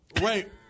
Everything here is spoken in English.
Wait